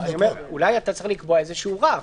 אולי אתה צריך לקבוע רף,